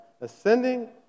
ascending